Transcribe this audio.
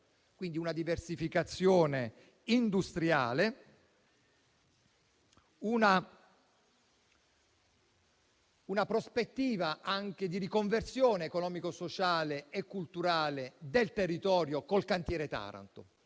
una diversificazione industriale e una prospettiva anche di riconversione economico-sociale e culturale del territorio con il cantiere Taranto.